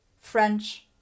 French